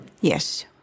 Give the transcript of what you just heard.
Yes